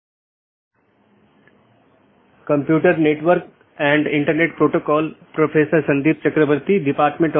नमस्कार हम computer network और इंटरनेट पाठ्यक्रम पर अपनी चर्चा जारी रखेंगे